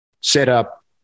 set-up